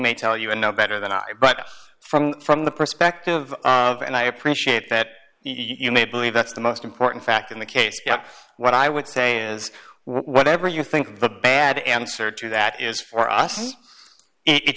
may tell you i know better than i but from from the perspective of and i appreciate that you may believe that's the most important fact in the case what i would say is whatever you think the bad answer to that is for us